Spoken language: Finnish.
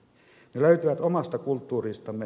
ne löytyvät omasta kulttuuristamme